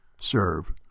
serve